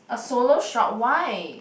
a solo shot why